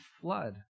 flood